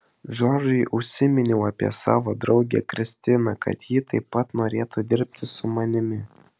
džordžui užsiminiau apie savo draugę kristiną kad ji taip pat norėtų dirbti su manimi